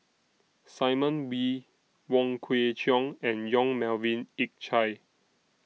Simon Wee Wong Kwei Cheong and Yong Melvin Yik Chye